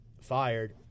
fired